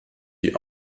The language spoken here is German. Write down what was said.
die